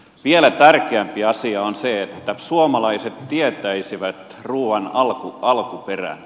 vielä tärkeämpi asia on se että suomalaiset tietäisivät ruuan alkuperän